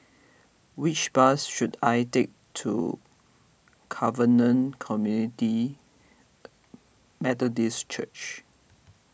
which bus should I take to Covenant Community Methodist Church